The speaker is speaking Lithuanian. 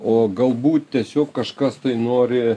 o galbūt tiesiog kažkas nori